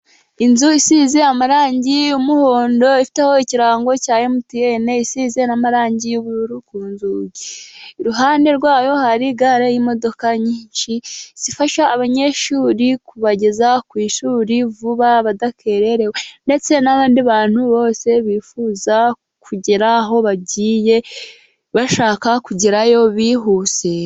Inzu isize amarangi y'umuhondo ifite ikirango cya emutiyene isize n'amarangi y'ubururu ku nzugi, iruhande rwayo hari gare y'imodoka nyinshi zifasha abanyeshuri, kubageza ku ishuri vuba badakererewe ndetse n'abandi bantu bose bifuza kugera aho bagiye bashaka kugerayo bihuse.